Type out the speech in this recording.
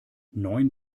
neun